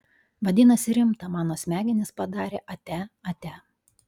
vadinasi rimta mano smegenys padarė atia atia